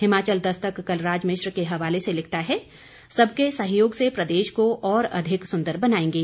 हिमाचल दस्तक कलराज मिश्र के हवाले से लिखता है सबके सहयोग से प्रदेश को और अधिक सुंदर बनाएंगे